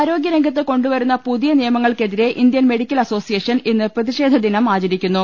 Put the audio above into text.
ആരോഗ്യരംഗത്ത് കൊണ്ടുവരുന്ന പുതിയ നിയമങ്ങൾക്കെ തിരെ ഇന്ത്യൻ മെഡിക്കൽ അസോസിയേഷൻ ഇന്ന് പ്രതിഷേധ ദിനം ആചരിക്കുന്നു